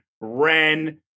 Ren